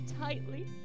tightly